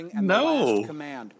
No